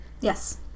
Yes